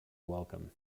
welcome